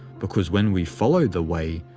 because when we follow the way,